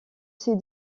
ses